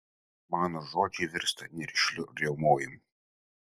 mano žodžiai virsta nerišliu riaumojimu